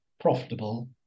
profitable